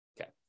Okay